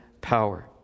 power